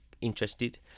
interested